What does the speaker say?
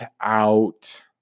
out